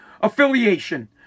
affiliation